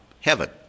heaven